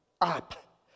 up